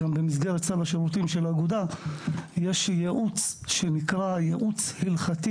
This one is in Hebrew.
במסגרת סל השירותים של האגודה יש ייעוץ שנקרא ייעוץ הלכתי